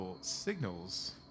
Signals